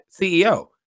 CEO